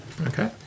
Okay